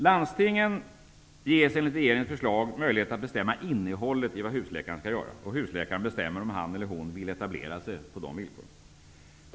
Landstingen ges enligt regeringens förslag möjlighet att bestämma innehållet i vad husläkaren skall göra, och husläkaren bestämmer om han eller hon vill etablera sig på dessa villkor.